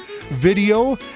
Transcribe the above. video